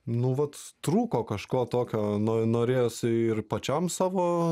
nu vat trūko kažko tokio no norėjosi ir pačiam savo